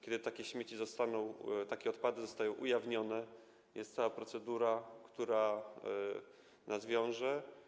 Kiedy takie śmieci, takie odpady zostają ujawnione, jest cała procedura, która nas wiąże.